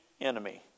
enemy